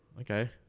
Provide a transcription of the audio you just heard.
okay